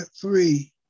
three